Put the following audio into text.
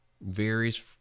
varies